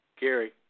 Gary